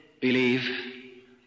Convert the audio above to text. believe